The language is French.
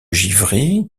givry